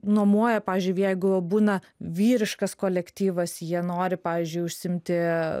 nuomoja pavyzdžiui jeigu būna vyriškas kolektyvas jie nori pavyzdžiui užsiimti